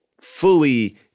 fully